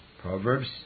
Proverbs